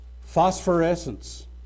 Phosphorescence